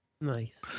Nice